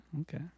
Okay